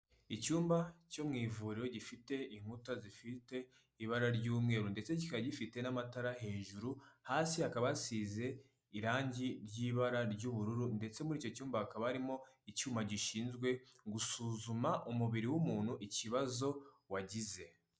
Icyumba cyo mu ivuriro gifite inkuta zifite ibara ry'umweru ndetse kikaba gifite n'amatara hejuru, hasi hakaba hasize irangi ry'ibara ry'ubururu ndetse muri icyo cyumba hakaba harimo icyuma gishinzwe gusuzuma umubiri w'umuntu ikibazo wagize.